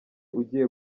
ugiye